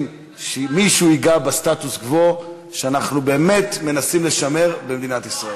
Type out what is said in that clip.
שמישהו ייגע בסטטוס-קוו שאנחנו באמת מנסים לשמר במדינת ישראל.